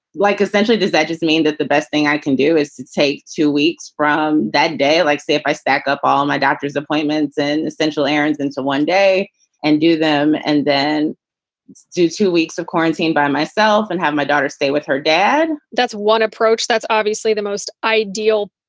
like essentially, does that just mean that the best thing i can do is to take two weeks from that day, like see if i stack up all my doctor's appointments and essential errands and to one day and do them and then do two weeks of quarantine by myself and have my daughter stay with her dad that's one approach. that's obviously the most ideal,